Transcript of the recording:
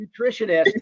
nutritionist